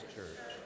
Church